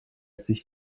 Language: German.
sich